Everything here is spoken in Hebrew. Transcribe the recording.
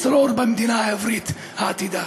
ישרור במדינה העברית העתידה".